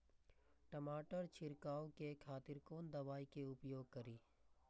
टमाटर छीरकाउ के खातिर कोन दवाई के उपयोग करी?